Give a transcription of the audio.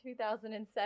2007